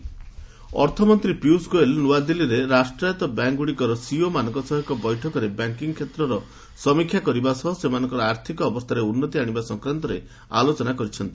FM banks ଅର୍ଥମନ୍ତ୍ରୀ ପିୟୁଷ ଗୋଏଲ୍ ନୂଆଦିଲ୍ଲୀରେ ରାଷ୍ଟ୍ରାୟତ୍ତ ବ୍ୟାଙ୍କ୍ଗୁଡ଼ିକର ସିଇଓମାନଙ୍କ ସହ ଏକ ବୈଠକରେ ବ୍ୟାଙ୍କିଙ୍ଗ୍ କ୍ଷେତ୍ରର ସମୀକ୍ଷା କରିବା ସହ ସେମାନଙ୍କର ଆର୍ଥିକ ଅବସ୍ଥାରେ ଉନ୍ନତି ଆଶିବା ସଂକ୍ରାନ୍ତରେ ଆଲୋଚନା କରିଛନ୍ତି